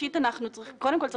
קודם כל,